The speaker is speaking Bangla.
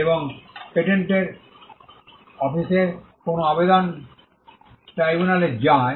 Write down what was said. এবং পেটেন্ট অফিসের কোনও আবেদন ট্রাইব্যুনালে যায়